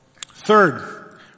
Third